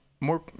more